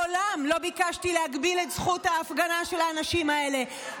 מעולם לא ביקשתי להגביל את זכות ההפגנה של האנשים האלה,